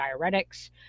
diuretics